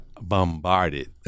bombarded